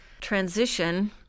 transition